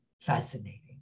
fascinating